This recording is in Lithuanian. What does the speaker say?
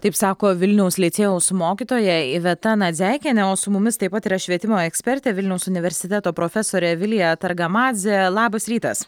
taip sako vilniaus licėjaus mokytoja iveta nadzeikienė o su mumis taip pat yra švietimo ekspertė vilniaus universiteto profesorė vilija targamadzė labas rytas